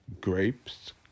grapes